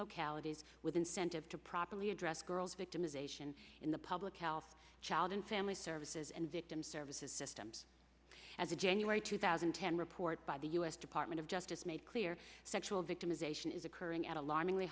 localities with incentive to properly address girls victimization in the public health child and family services and victim services systems as a january two thousand and ten report by the u s department of justice made clear sexual victimization is occurring at alarming